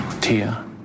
Tia